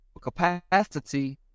capacity